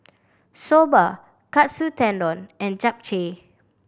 Soba Katsu Tendon and Japchae